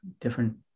different